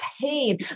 pain